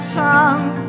tongue